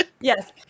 Yes